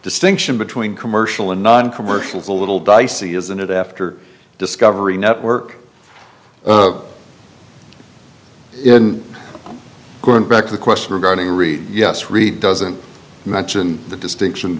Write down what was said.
distinction between commercial and noncommercial is a little dicey isn't it after discovery network of in going back to the question regarding reed yes really doesn't mention the distinction